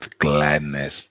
gladness